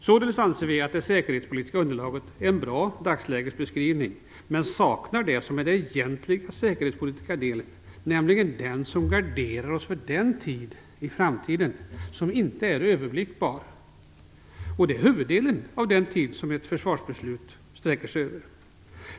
Vi anser att det säkerhetspolitiska underlaget innehåller en bra dagslägesbeskrivning men saknar det som skulle vara den egentliga säkerhetspolitiska delen, nämligen något som garderar oss under den inte överblickbara period som utgör huvuddelen av den tid som ett försvarsbeslut sträcker sig över.